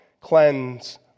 cleanse